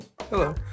Hello